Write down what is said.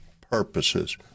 purposes